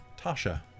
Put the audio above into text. Tasha